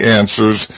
answers